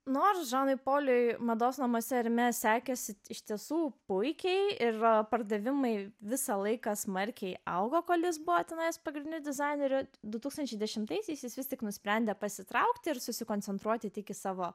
nors žanui poliui mados namuose erme sekėsi iš tiesų puikiai ir pardavimai visą laiką smarkiai augo kol jis būtinas pagrindinių dizainerių du tūkstančiai dešimtaisiais jis vis tik nusprendė pasitraukti ir susikoncentruoti tik į savo